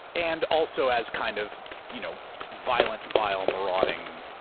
and also as kind of you know violent, vile, marauding